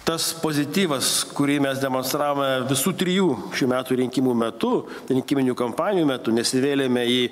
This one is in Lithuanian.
tas pozityvas kurį mes demonstravome visų trijų šių metų rinkimų metu rinkiminių kampanijų metu nesivėlėme į